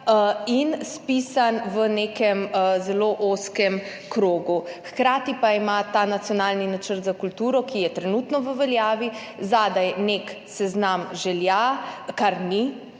in spisan v nekem zelo ozkem krogu. Hkrati pa ima ta nacionalni načrt za kulturo, ki je trenutno v veljavi, zadaj nek seznam želja, kar ni